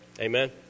Amen